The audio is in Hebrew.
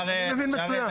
אני מבין מצוין.